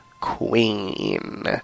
Queen